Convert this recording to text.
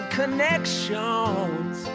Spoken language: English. connections